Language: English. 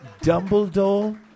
Dumbledore